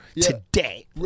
today